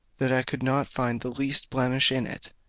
that i could not find the least blemish in it,